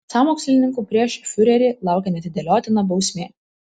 sąmokslininkų prieš fiurerį laukia neatidėliotina bausmė